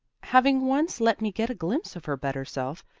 having once let me get a glimpse of her better self,